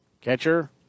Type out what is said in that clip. Catcher